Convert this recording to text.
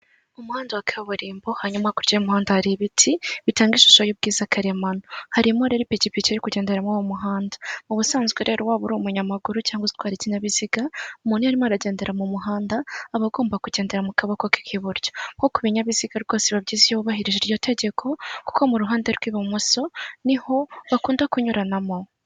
Umuhanda wa kaburimbo, hanyuma hakurya y'umuhanda hari ibiti bitanga ishusho y'ubwiza karemano, harimo rero ipikipiki iri kugendera muri uwo muhanda. Ubusanzwe rero waba uri umunyamaguru, cyangwa se utwara ikininyabiziga, umuntu iyo arimo aragendera mu muhanda, aba agomba kugendera mu kaboko k'iburyo, nko ku binyabiziga rwose biba byiza iyo wubahirije iryo tegeko, kuko mu ruhande rw'ibumoso niho bakunda kunyuranamo.